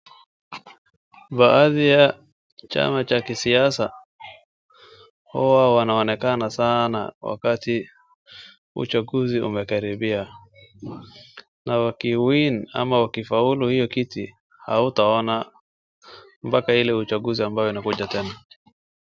Baadhi ya chama Cha kisiasa huwa wanaonekana sana wakati uchaguzi umekaribia na wakiwin ama wakifaulu hiyo kiti hautawaona mpaka ile uchaguzi ambayo inakuja tena.